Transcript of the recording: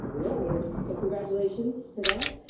um you're all winners, so congratulations for that.